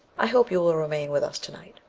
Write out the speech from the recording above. i hope you will remain with us to-night.